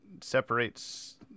separates –